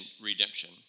redemption